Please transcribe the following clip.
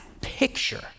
picture